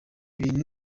bituma